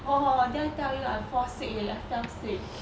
hor hor then I tell you I fall sick eh I fell sick